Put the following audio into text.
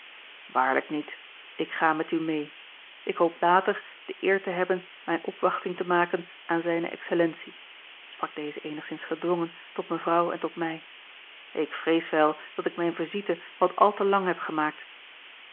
waarlijk niet ik ga met u mee ik hoop later de eer te hebben mijne opwachting te maken aan zijne excellentie sprak deze eenigszins gedwongen tot mevrouw en tot mij ik vrees wel dat ik mijne visite wat al te lang heb gemaakt